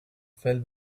fell